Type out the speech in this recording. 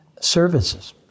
services